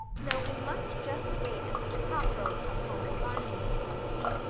no, we must just wait until the copp girls come home and bind them to secrecy.